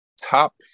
top